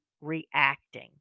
reacting